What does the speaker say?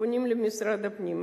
הם פונים למשרד הפנים.